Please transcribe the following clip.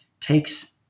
takes